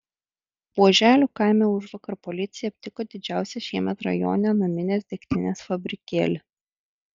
buoželių kaime užvakar policija aptiko didžiausią šiemet rajone naminės degtinės fabrikėlį